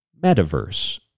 metaverse